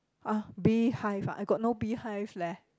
!uh! beehive ah I got no beehive leh